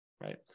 right